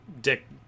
dick